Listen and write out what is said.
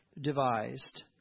devised